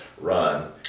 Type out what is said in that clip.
run